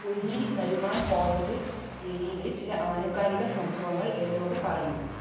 ഒല്ലി Nariman point ഏരിയയിലെ ചില ആനുകാലിക സംഭവങ്ങൾ എന്നോട് പറയൂ